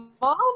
mom